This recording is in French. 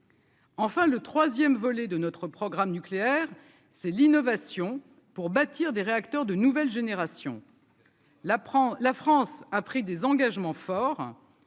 Enfin, le 3ème volet de notre programme nucléaire, c'est l'innovation pour bâtir des réacteurs de nouvelle génération. La prend, la France a pris des engagements forts